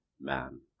man